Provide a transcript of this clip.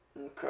Okay